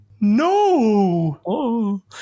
No